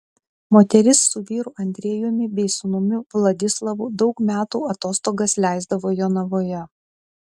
moteris su vyru andrejumi bei sūnumi vladislavu daug metų atostogas leisdavo jonavoje